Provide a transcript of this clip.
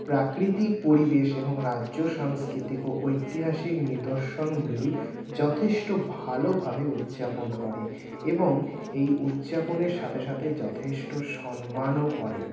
প্রাকৃতিক পরিবেশ এবং রাজ্য সাংস্কৃতিক ও ঐতিহাসিক নিদর্শনগুলি যথেষ্ট ভালোভাবে উদযাপন করে এবং এই উদযাপনের সাথে সাথে যথেষ্ট সন্মানও করে